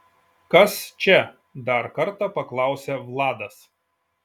kas čia dar kartą paklausia vladas